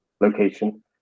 location